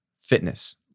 fitness